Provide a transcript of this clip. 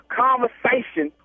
conversation